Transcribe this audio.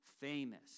famous